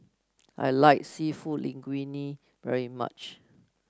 I like seafood Linguine very much